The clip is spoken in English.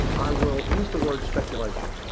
i will use the word speculation.